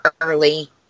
early